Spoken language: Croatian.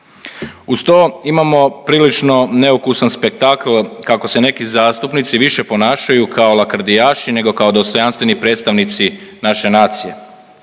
Uz to imamo prilično neukusan spektakl kako se neki zastupnici više ponašaju kao lakrdijaši nego kao dostojanstveni predstavnici naše nacije.